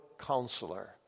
counselor